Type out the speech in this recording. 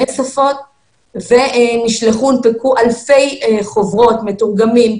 שפות ונשלחו ונבדקו אלפי חוברות מתורגמות,